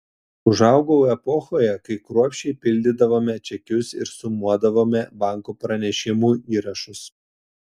užaugau epochoje kai kruopščiai pildydavome čekius ir sumuodavome banko pranešimų įrašus